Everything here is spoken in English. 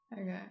Okay